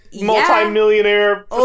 Multi-millionaire